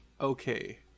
okay